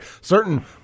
Certain